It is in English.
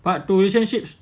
but to relationships